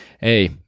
Hey